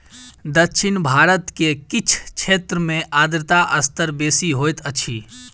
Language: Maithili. दक्षिण भारत के किछ क्षेत्र में आर्द्रता स्तर बेसी होइत अछि